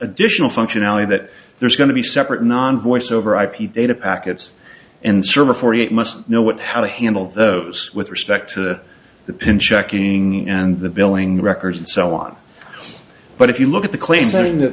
additional functionality that there's going to be separate non voice over ip data packets and server forty eight must know what how to handle those with respect to the pin checking and the billing records and so on but if you look at the claims